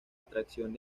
atracción